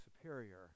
superior